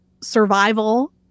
survival